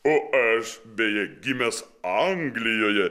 o aš beje gimęs anglijoje